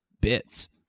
bits